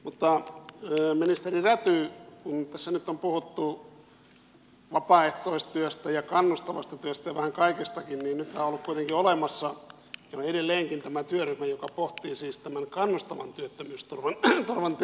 mutta ministeri räty kun tässä nyt on puhuttu vapaaehtoistyöstä ja kannustavasta työstä ja vähän kaikestakin niin nythän on kuitenkin olemassa tämä työryhmä joka pohtii siis tämän kannustavan työttömyysturvan tilannetta